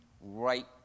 right